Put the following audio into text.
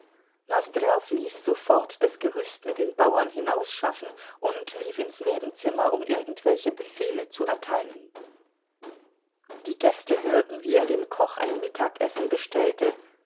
ließ sofort das gerüst mit den bauern hinausschaffen und lief ins nebenzimmer um irgendwelche befehle zu erteilen die gäste hörten wie er dem koch ein mittagessen bestellte